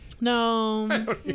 no